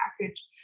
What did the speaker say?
package